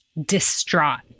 distraught